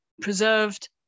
preserved